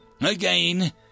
Again